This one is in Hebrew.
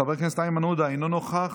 חבר הכנסת איימן עודה, אינו נוכח,